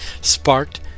sparked